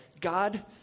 God